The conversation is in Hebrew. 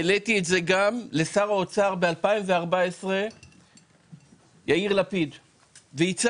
העליתי את זה גם לשר האוצר יאיר לפיד ב-2014 והצעתי,